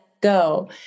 go